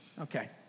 Okay